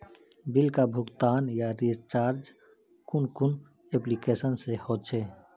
Bill का भुगतान या रिचार्ज कुन कुन एप्लिकेशन से होचे?